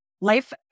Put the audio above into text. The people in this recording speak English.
Life